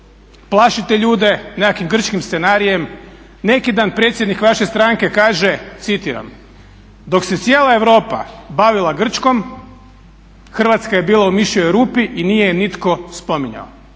plašite ljude nekakvim grčkim scenarijem. Neki dan predsjednik vaše stranke kaže, citiram: ″dok se cijela Europa bavila Grčkom Hrvatska je bila u mišjoj rupi i nije je nitko spominjao″.